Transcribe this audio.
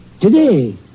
Today